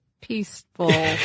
peaceful